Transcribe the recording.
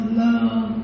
love